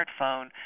smartphone